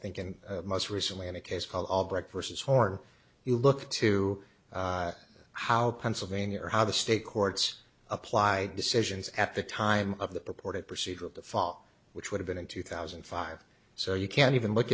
think and most recently in a case called albrecht vs horn you look to how pennsylvania or how the state courts applied decisions at the time of the purported proceed with the fall which would have been in two thousand and five so you can't even look